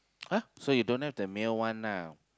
!huh! so you don't have the male one lah